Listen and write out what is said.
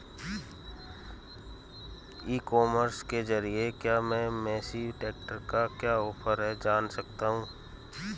ई commerce के ज़रिए क्या मैं मेसी ट्रैक्टर का क्या ऑफर है जान सकता हूँ?